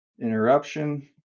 interruption